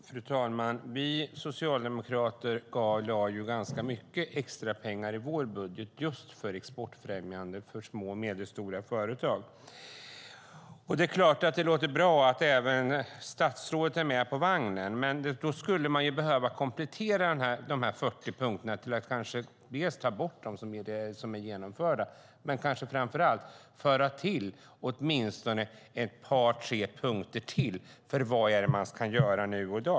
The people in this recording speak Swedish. Fru talman! Vi socialdemokrater lade ganska mycket extra pengar i vår budget just för exportfrämjande i små och medelstora företag. Det låter bra att även statsrådet är med på vagnen, men då skulle man behöva komplettera de 40 punkterna. Man kunde dels ta bort det som är genomfört, dels och framför allt föra till åtminstone ett par punkter om vad man ska göra här och nu.